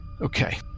Okay